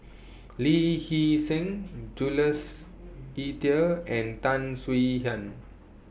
Lee Hee Seng Jules Itier and Tan Swie Hian